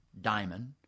diamond